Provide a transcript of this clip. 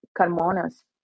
Carmona's